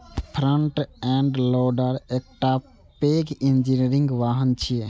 front end loader एकटा पैघ engineering वाहन छियै